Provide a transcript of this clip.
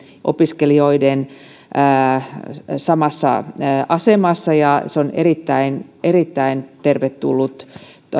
opiskelijoiden kanssa samassa asemassa se on erittäin erittäin tervetullut